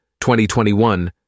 2021